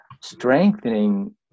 strengthening